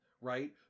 right